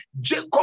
Jacob